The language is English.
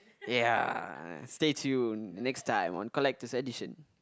ya stay tune next time on collector's edition